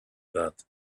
that